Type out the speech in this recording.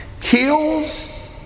kills